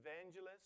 evangelists